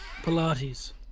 Pilates